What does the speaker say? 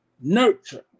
nurture